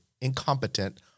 incompetent